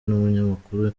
n’umunyamakuru